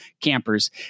campers